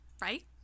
right